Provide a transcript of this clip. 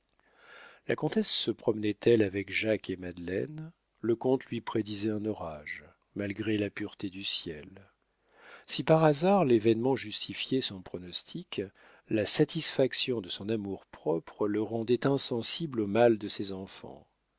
la comtesse se promenait elle avec jacques et madeleine le comte lui prédisait un orage malgré la pureté du ciel si par hasard l'événement justifiait son pronostic la satisfaction de son amour-propre le rendait insensible au mal de ses enfants